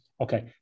Okay